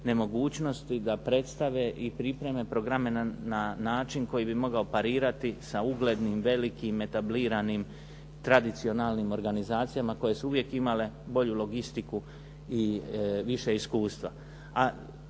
nemogućnosti da predstave i pripreme programe na način koji bi mogao parirati sa uglednim, velikim, etabliranim tradicionalnim organizacijama koje su uvijek imale bolju logistiku i više iskustva.